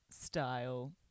style